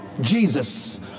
Jesus